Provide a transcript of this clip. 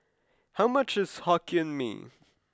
how much is Hokkien Mee